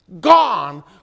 gone